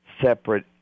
separate